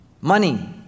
Money